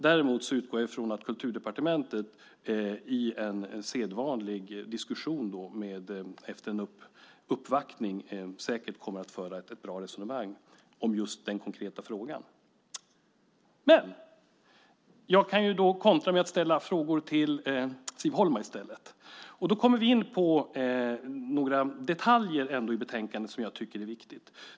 Däremot utgår jag från att Kulturdepartementet i en sedvanlig diskussion efter en uppvaktning kommer att föra ett bra resonemang om just den konkreta frågan. Jag kan kontra med att ställa frågor till Siv Holma i stället. Då kommer vi in på några detaljer i betänkandet som jag ändå tycker är viktiga.